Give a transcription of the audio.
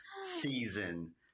season